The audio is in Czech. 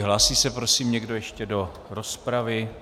Hlásí se prosím někdo ještě do rozpravy?